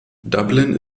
dublin